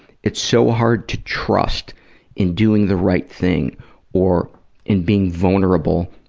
it's so hard to trust in doing the right thing or in being vulnerable,